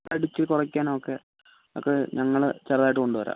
അടിച്ച് കൊറിക്കാനൊക്കെ ഒക്കെ ഞങ്ങൾ ചെറുതായിട്ട് കൊണ്ടുവരാം